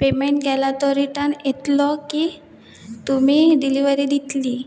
payment केला तो return येतलो की तुमी डिलीवरी दितली